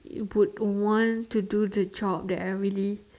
put one to do the job that everyday